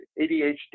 ADHD